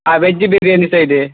ಹಾಂ ವೆಜ್ ಬಿರಿಯಾನಿ ಸಹ ಇದೆ